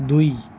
দুই